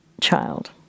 child